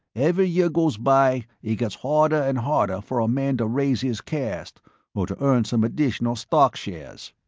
every year goes by it gets harder and harder for a man to raise his caste or to earn some additional stock shares.